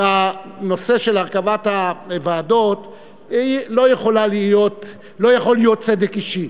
בנושא של הרכבת הוועדות, לא יכול להיות צדק אישי.